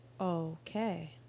okay